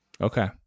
Okay